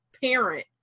parent